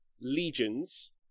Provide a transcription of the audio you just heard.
legions